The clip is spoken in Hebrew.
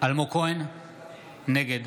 נגד